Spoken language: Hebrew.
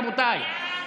רבותיי.